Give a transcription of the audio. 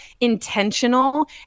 intentional